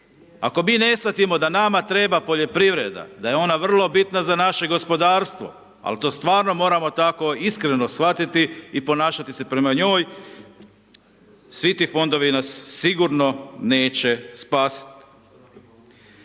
Ako mi ne shvatimo da nama treba poljoprivreda, da je ona vrlo bitna za naše gospodarstvo ali to stvarno moramo tako iskreno shvatiti i ponašati se prema njoj, svi ti fondovi nas sigurno neće spasiti.